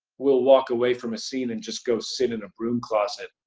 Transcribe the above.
will walk away from a scene and just go sit in a broom closet.